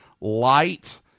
light